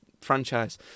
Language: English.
franchise